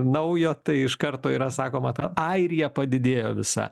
naujo tai iš karto yra sakoma ta airija padidėjo visa